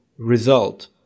result